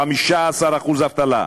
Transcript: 15% אבטלה.